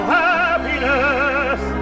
happiness